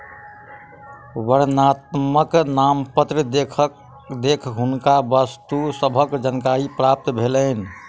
वर्णनात्मक नामपत्र देख हुनका वस्तु सभक जानकारी प्राप्त भेलैन